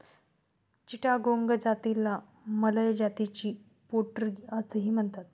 चिटागोंग जातीला मलय जातीची पोल्ट्री असेही म्हणतात